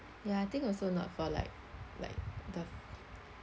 ya I think also not for like like the